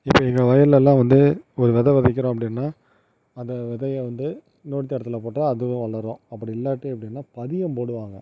இப்போ எங்கள் வயல்லலாம் வந்து ஒரு வெதை விதைக்கிறோம்னு அப்படின்னா அந்த விதைய வந்து இன்னோரு தோட்டத்தில் போட்டால் அதுவும் வளரும் அப்படியில்லாட்டி அப்படினா பதியம் போடுவாங்க